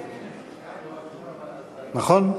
נכון?